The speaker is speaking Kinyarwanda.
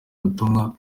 vyotuma